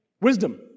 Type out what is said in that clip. wisdom